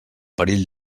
perill